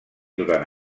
durant